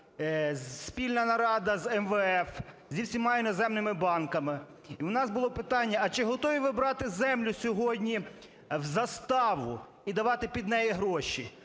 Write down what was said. спільна нарада з МВФ, зі всіма іноземними банками. У нас було питання: а чи готові ви брати землю сьогодні в заставу і давати під неї гроші?